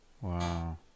Wow